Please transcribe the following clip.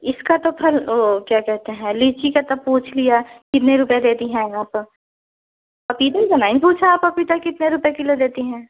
इसका तो फल वो क्या कहते हैं लीची का तो पूछ लिया कितने रुपये देती हैं आप पपीते का नहीं पूछा पपीता कितने रुपए किलो देती हैं